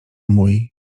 mój